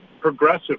progressive